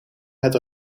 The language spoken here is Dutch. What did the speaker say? het